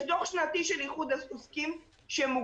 יש דוח שנתי של איחוד העוסקים שמוגש.